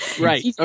right